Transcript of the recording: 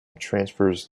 transfers